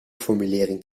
formulering